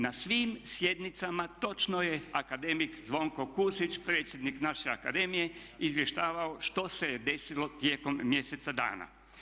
Na svim sjednicama točno je akademik Zvonko Kusić predsjednik naše akademije izvještavao što se je desilo tijekom mjesec dana.